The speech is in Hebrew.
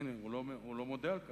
הנה, הוא לא מודה בכך.